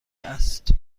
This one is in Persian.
است